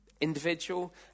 individual